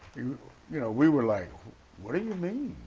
you know we were like what do you mean?